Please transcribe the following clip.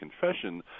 confession